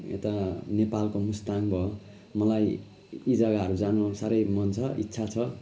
यता नेपालको मुस्ताङ भयो मलाई यी जगाहरू जानु साह्रै मन छ इच्छा छ